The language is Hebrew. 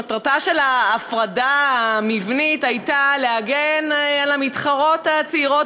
מטרתה של ההפרדה המבנית הייתה להגן על המתחרות הצעירות